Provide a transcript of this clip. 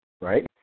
right